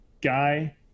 guy